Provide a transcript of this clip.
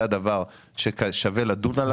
הדבר ששווה לדון עליו כאן בוועדת הכספים.